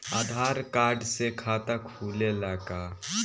आधार card से खाता खुले ला का?